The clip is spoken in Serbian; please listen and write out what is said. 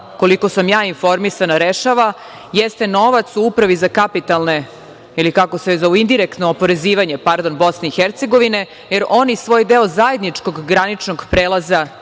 koliko sam ja informisana, rešava jeste novac Upravi za kapitalne ili kako se već zovu, indirektno oporezivanje, pardon, Bosne i Hercegovine, jer oni svoj deo zajedničkog graničnog prelaza